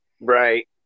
Right